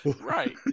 right